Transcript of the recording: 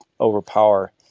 overpower